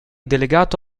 delegato